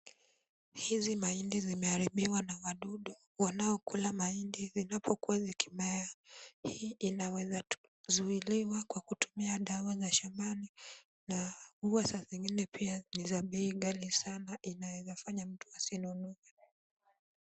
Hizi mahindi imeharibiwa na wadudu wanaokula mahindi zinapokuwa zikimea. Hii inaweza kuzuiliwa kwa kutumia dawa za shambani na huwa saa zingine pia ni za bei ghali sana. Inaweza fanya mtu asinunue.